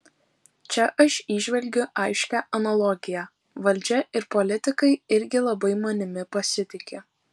čia aš įžvelgiu aiškią analogiją valdžia ir politikai irgi labai manimi pasitiki